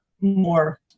more